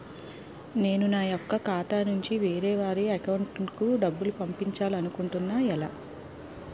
నేను నా యెక్క ఖాతా నుంచి వేరే వారి అకౌంట్ కు డబ్బులు పంపించాలనుకుంటున్నా ఎలా?